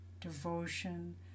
devotion